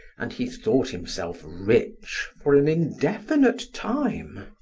and he thought himself rich for an indefinite time.